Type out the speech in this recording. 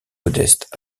modestes